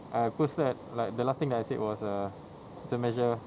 I post that like the last thing I said was err it's a measure